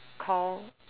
call